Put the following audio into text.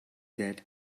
that